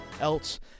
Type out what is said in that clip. else